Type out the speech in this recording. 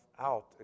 out